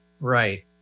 right